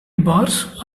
bars